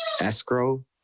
escrow